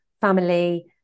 family